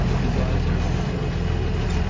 and rising on her toes to do it.